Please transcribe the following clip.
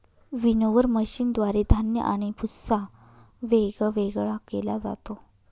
winnower मशीनद्वारे धान्य आणि भुस्सा वेगवेगळा केला जातो